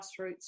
grassroots